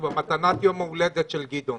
זו מתנת יום הולדת של גדעון.